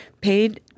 paid